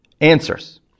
answers